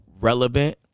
relevant